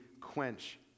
quench